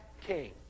King